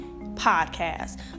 podcast